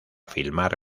filmar